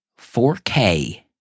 4K